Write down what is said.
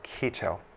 keto